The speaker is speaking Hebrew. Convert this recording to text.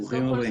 ברוכים הבאים.